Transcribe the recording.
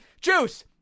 Juice